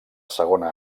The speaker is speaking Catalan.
segona